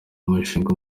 mushinga